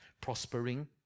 prospering